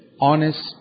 honest